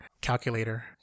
calculator